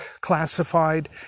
classified